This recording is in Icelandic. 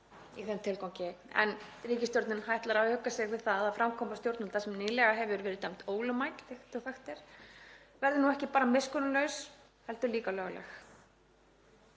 í þessum tilgangi en ríkisstjórnin ætlar að hugga sig við það að framkoma stjórnenda sem nýlega hefur verið dæmd ólögmæt, líkt og þekkt er, verði ekki bara miskunnarlaus heldur líka lögleg.